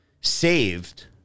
saved